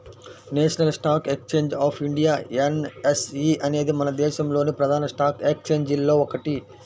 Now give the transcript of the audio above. national stock exchange of India NSE అనేది మన దేశంలోని ప్రధాన స్టాక్ ఎక్స్చేంజిల్లో ఒకటి